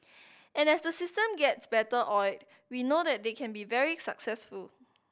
and as the system gets better oiled we know that they can be very successful